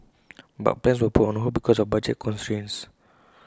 but plans were put on hold because of budget constraints